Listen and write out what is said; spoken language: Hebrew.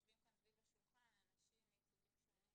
יושבים כאן סביב השולחן אנשים מייצוגים שונים.